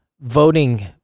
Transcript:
voting